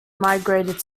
migrated